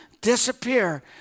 disappear